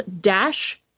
Dash